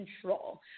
control